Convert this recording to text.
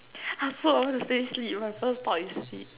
I also I want to say sleep [one] first thought is sleep